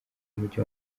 mujyi